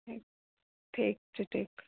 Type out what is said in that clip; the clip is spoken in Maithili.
ठीक छै ठीक